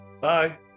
Bye